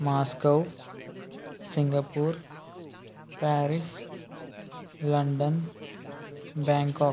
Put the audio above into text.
Moscow Singapore Paris London Bangkok